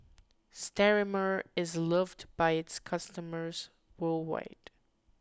Sterimar is loved by its customers worldwide